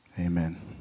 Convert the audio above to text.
Amen